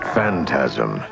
Phantasm